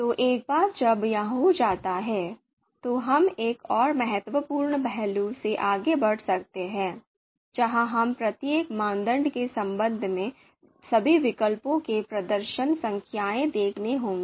तो एक बार जब यह हो जाता है तो हम एक और महत्वपूर्ण पहलू से आगे बढ़ सकते हैं जहां हमें प्रत्येक मानदंड के संबंध में सभी विकल्पों के लिए प्रदर्शन संख्याएं देनी होंगी